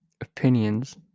opinions